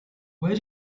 where